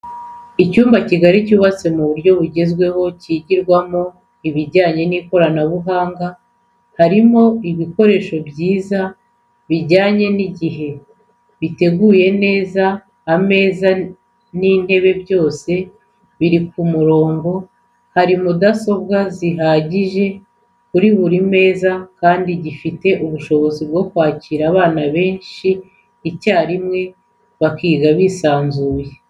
Icyumba kigari cyubatse ku buryo bwugezweho, kigirwamo ibijyanye n'ikoranabuhanga, harimo ibikoresho byiza bijyanye n'igihe, giteguye neza, ameza n'intebe byose biri ku murongo, hari mudasobwa zihagije kuri buri meza kandi gifite ubushobozi bwo kwakira abana benshi icyarimwe bakiga bisanzuye.